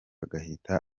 agahita